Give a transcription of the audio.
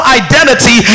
identity